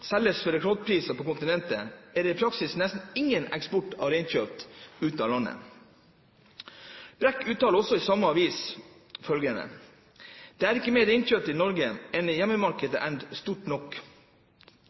selges for rekordpriser på kontinentet, er det i praksis nesten ingen eksport av reinkjøtt. Brekk uttaler også til samme avis følgende: «Det er ikke mer reinkjøtt i Norge enn